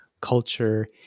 culture